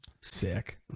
Sick